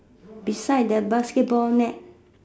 beside the basketball net